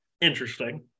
Interesting